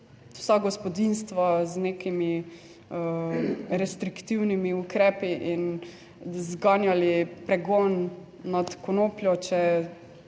vsa gospodinjstva z nekimi restriktivnimi ukrepi in zganjali pregon nad konopljo, če